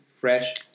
fresh